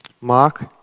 Mark